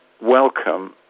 welcome